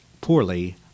poorly